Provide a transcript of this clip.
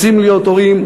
רוצים להיות הורים,